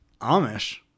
Amish